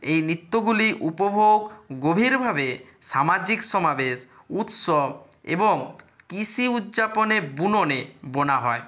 এই নিত্যগুলি উপভোগ গভীরভাবে সামাজিক সমাবেশ উৎসব এবং কৃষি উদযাপনে বুননে বোনা হয়